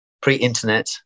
pre-internet